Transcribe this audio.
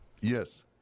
Yes